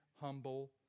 humble